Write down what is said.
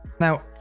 Now